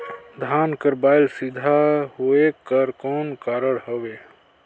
धान कर बायल सीधा होयक कर कौन कारण हवे?